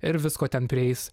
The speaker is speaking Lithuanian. ir visko ten prieis